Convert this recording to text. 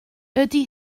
ydy